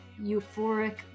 euphoric